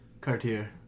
Cartier